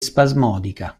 spasmodica